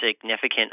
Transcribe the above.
significant